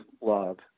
love